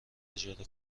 اجاره